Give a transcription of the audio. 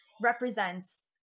Represents